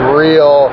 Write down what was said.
real